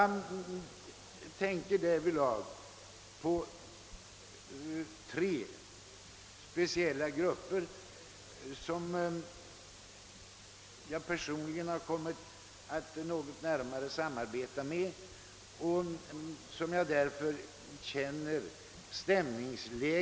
Jag tänker därvidlag på tre speciella grupper som jag har kommit att personligen arbeta närmare tillsammans med och som jag därför känner till.